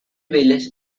village